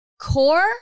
core